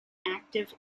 active